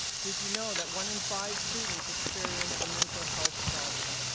did you know that one in five students experience a mental health problem?